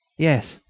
yes,